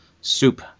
soup